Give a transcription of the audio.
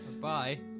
Bye